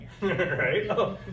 Right